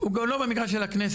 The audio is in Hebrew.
הוא גם לא במגרש של הכנסת.